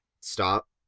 stop